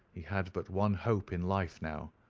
he had but one hope in life now,